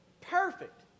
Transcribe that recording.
Perfect